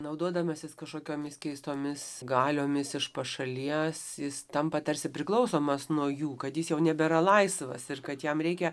naudodamasis kažkokiomis keistomis galiomis iš pašalies jis tampa tarsi priklausomas nuo jų kad jis jau nebėra laisvas ir kad jam reikia